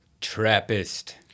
Trappist